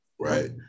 Right